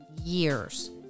years